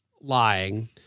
lying